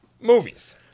Movies